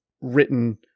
written